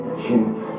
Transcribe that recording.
chance